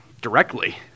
directly